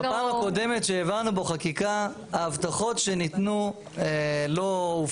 בפעם הקודמת שהעברנו פה חקיקה ההבטחות שניתנו לא הופרו על ידינו.